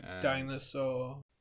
dinosaur